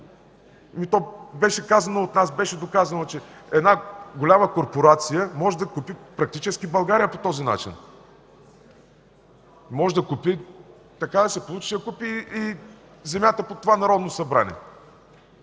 то беше казано от нас, беше доказано, че една голяма корпорация може да купи практически България по този начин! Може да купи, така да се получи, че да купи земята под това Народно събрание!